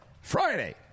Friday